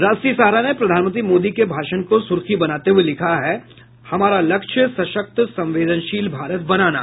राष्ट्रीय सहारा ने प्रधानमंत्री मोदी के भाषण को सुर्खी बनाते हुये लिखा है हमारा लक्ष्य सशक्त संवेदनशील भारत बनाना